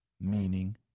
meaning